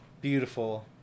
Beautiful